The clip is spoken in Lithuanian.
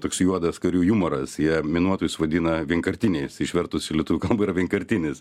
toks juodas karių jumoras jie minuotojus vadina vienkartiniais išvertus į lietuvių kalbą yra vienkartinis